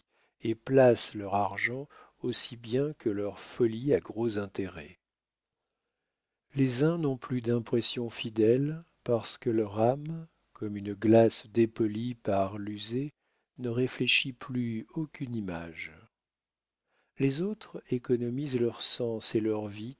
et placent leur argent aussi bien que leurs folies à gros intérêts les uns n'ont plus d'impressions fidèles parce que leur âme comme une glace dépolie par l'user ne réfléchit plus aucune image les autres économisent leurs sens et leur vie